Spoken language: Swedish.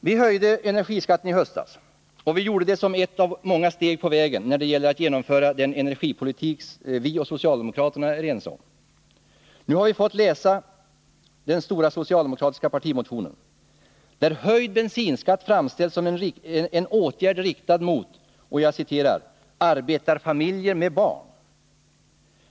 Vi höjde energiskatten i höstas, och vi gjorde det som ett av många steg på vägen när det gäller att genomföra den energipolitik vi och socialdemokraterna är ense om. Nu har vi fått läsa den stora socialdemokratiska partimotionen, där höjd bensinskatt framställs som en åtgärd riktad mot ”arbetarfamiljer med barn”.